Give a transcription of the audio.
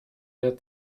der